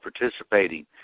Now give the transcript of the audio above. participating